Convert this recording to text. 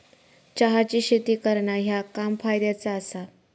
चहाची शेती करणा ह्या काम फायद्याचा आसा